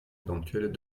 éventuelles